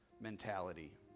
mentality